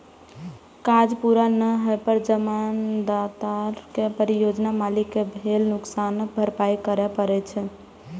काज पूरा नै होइ पर जमानतदार कें परियोजना मालिक कें भेल नुकसानक भरपाइ करय पड़ै छै